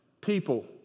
people